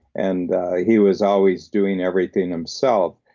and he was always doing everything himself.